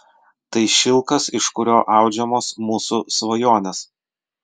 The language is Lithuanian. tai šilkas iš kurio audžiamos mūsų svajonės